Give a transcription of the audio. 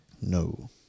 No